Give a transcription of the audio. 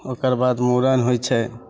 ओकरबाद मूड़न होइ छै